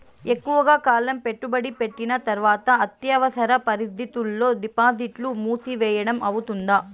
ఎక్కువగా కాలం పెట్టుబడి పెట్టిన తర్వాత అత్యవసర పరిస్థితుల్లో డిపాజిట్లు మూసివేయడం అవుతుందా?